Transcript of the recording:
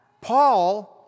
Paul